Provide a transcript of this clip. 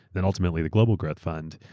then ultimately the global growth fund,